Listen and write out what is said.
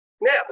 Now